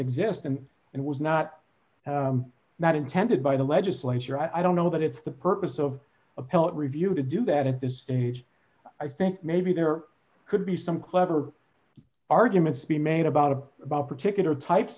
exist and it was not not intended by the legislature i don't know that it's the purpose of appellate review to do that at this stage i think maybe there could be some clever arguments being made about the about particular types